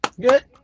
Good